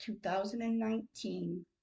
2019